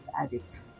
addict